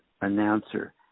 announcer